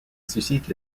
suscite